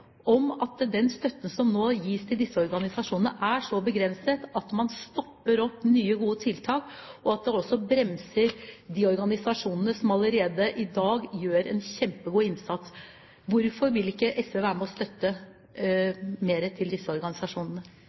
om at den støtten som nå gis til disse organisasjonene, er så begrenset at nye gode tiltak stopper opp, og at det også bremser de organisasjonene som allerede i dag gjør en kjempegod innsats? Hvorfor vil ikke SV være med på å gi mer i støtte til disse organisasjonene?